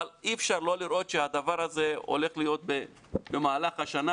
אבל אי אפשר לא לראות שהדבר הזה הולך להיות במהלך השנה,